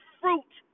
fruit